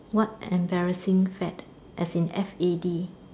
what embarrassing fad as in F_A_D